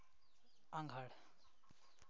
ᱟᱸᱜᱷᱟᱲ